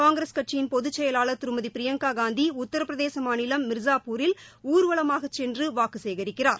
காங்கிரஸ் கட்சி பொதுச் செயலாளர் திருமதி பிரியங்கா காந்தி உத்தரப்பிரதேச மாநிலம் மீர்ஸாபூரில் ஊர்வலமாகச் சென்று வாக்கு சேகரிக்கிறார்